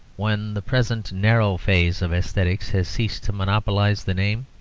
when the present narrow phase of aesthetics has ceased to monopolize the name,